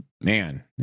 man